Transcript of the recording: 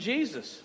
Jesus